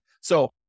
So-